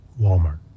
Walmart